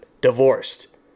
divorced